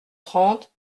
trente